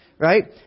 Right